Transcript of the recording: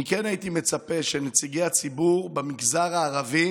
אני כן הייתי מצפה שנציגי הציבור במגזר הערבי